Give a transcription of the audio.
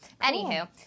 anywho